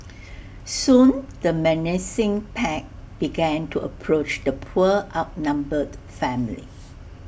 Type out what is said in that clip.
soon the menacing pack began to approach the poor outnumbered family